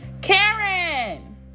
karen